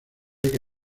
que